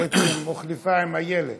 בעצם הוחלפה עם איילת.